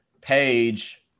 page